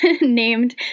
named